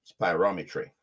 spirometry